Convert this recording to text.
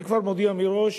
אני כבר מודיע מראש